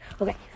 Okay